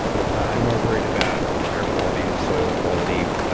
i'm more worried about air quality, soil quality,